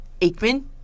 Aikman